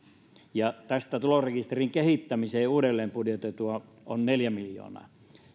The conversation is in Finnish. tästä tulorekisterin kehittämiseen uudelleenbudjetoitua määrärahaa on neljä miljoonaa